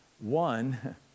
One